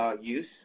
use